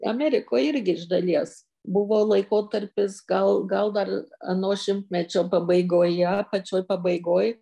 amerikoj irgi iš dalies buvo laikotarpis gal gal dar ano šimtmečio pabaigoje pačioj pabaigoj